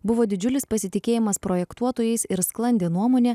buvo didžiulis pasitikėjimas projektuotojais ir sklandė nuomonė